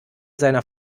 seiner